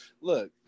Look